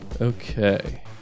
Okay